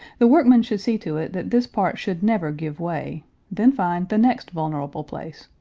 the workman should see to it that this part should never give way then find the next vulnerable place,